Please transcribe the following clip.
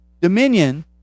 Dominion